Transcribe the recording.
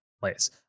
place